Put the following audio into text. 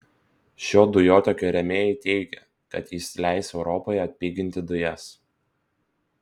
šio dujotiekio rėmėjai teigia kad jis leis europoje atpiginti dujas